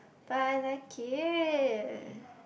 but I like it